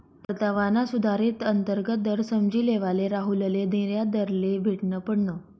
परतावाना सुधारित अंतर्गत दर समझी लेवाले राहुलले निर्यातदारले भेटनं पडनं